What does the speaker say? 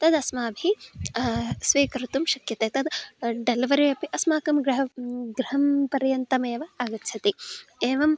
तदस्माभिः स्वीकर्तुं शक्यते तद् डेलवरि अपि अस्माकं गृहं गृहपर्यन्तमेव आगच्छति एवं